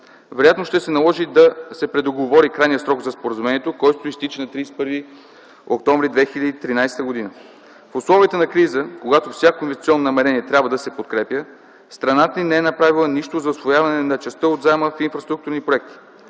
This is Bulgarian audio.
Вероятно ще се наложи да се предоговори крайният срок за споразумението, който изтича на 31 октомври 2013 г. В условията на криза, когато всяко инвестиционно намерение трябва да се подкрепя, страната не е направила нищо за усвояване на частта от заема в инфраструктурни проекти.